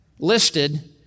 listed